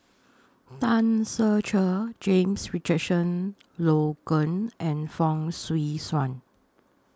Tan Ser Cher James Richardson Logan and Fong Swee Suan